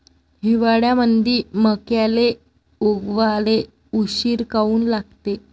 हिवाळ्यामंदी मक्याले उगवाले उशीर काऊन लागते?